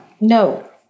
No